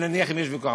אם נניח שיש ויכוח,